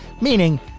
Meaning